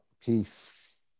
Peace